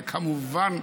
כמובן,